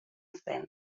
zen